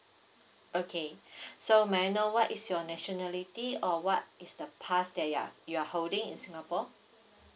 okay so may I know what is your nationality or what is the pass that you're you're holding in singapore